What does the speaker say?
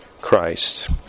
Christ